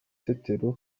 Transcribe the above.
iraba